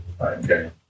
Okay